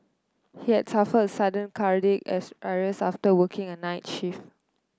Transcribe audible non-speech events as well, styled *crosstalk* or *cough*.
he had suffered a sudden cardiac *unintelligible* arrest after working a night shift